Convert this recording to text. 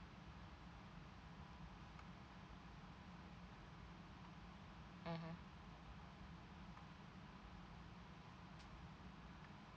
mmhmm